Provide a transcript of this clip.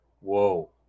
Whoa